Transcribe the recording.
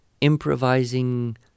improvising